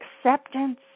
acceptance